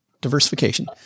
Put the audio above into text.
Diversification